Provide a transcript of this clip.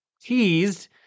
teased